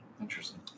Interesting